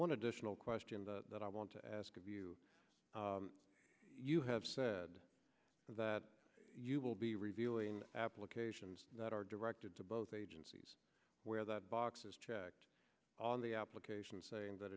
dditional question that i want to ask of you you have said that you will be reviewing applications that are directed to both agencies where that box is checked on the application saying that